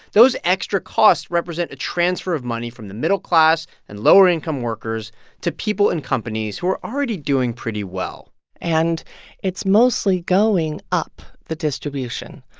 those extra costs represent a transfer of money from the middle class and lower-income workers to people in companies who are already doing pretty well and it's mostly going up the distribution.